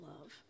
love